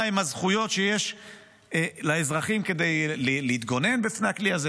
מהן הזכויות שיש לאזרחים כדי להתגונן בפני הכלי הזה,